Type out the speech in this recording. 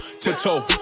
Tiptoe